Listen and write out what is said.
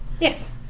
Yes